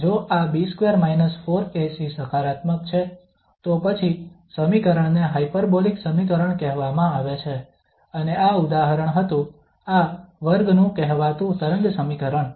જો આ B2 4AC સકારાત્મક છે તો પછી સમીકરણને હાયપરબોલિક સમીકરણ કહેવામાં આવે છે અને આ ઉદાહરણ હતું આ વર્ગનું કહેવાતુ તરંગ સમીકરણ